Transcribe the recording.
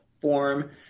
form